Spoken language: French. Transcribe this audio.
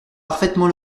parfaitement